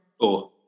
four